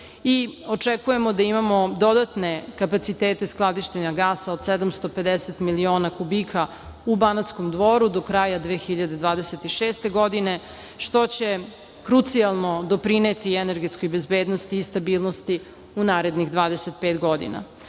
Očekujemo da imamo dodatne kapacitete skladištenja gasa od 750 miliona kubika u Banatskom Dvoru do kraja 2026. godine, što će krucijalno doprineti energetskoj bezbednosti i stabilnosti u narednih 25